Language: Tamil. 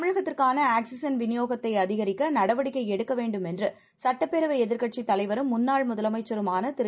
தமிழகத்துக்கானஆக்சிஜன்விநியோகத்தைஅதிகரிக்கநடவடிக்கைஎடுக்கவே ண்டும்என்றுசட்டப்பேரவைஎதிர்க்கட்சித்தலைவரும்முன்னாள்முதலமைச்சரு மானதிரு